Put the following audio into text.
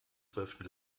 zwölften